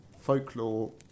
folklore